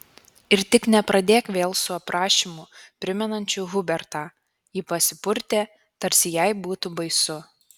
ir tik nepradėk vėl su aprašymu primenančiu hubertą ji pasipurtė tarsi jai būtų baisu